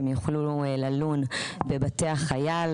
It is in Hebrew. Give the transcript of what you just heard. הם יוכלו ללון בבתי החייל.